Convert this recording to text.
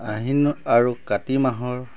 আহিন আৰু কাতি মাহৰ